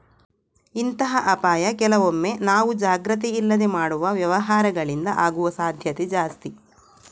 ಇಂತಹ ಅಪಾಯ ಕೆಲವೊಮ್ಮೆ ನಾವು ಜಾಗ್ರತೆ ಇಲ್ಲದೆ ಮಾಡುವ ವ್ಯವಹಾರಗಳಿಂದ ಆಗುವ ಸಾಧ್ಯತೆ ಜಾಸ್ತಿ